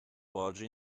barge